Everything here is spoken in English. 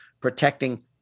protecting